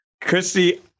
Christy